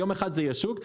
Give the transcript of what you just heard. ביום אחד זה יהיה שוק.